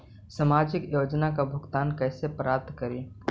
सामाजिक योजना से भुगतान कैसे प्राप्त करी?